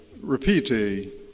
repeat